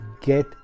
get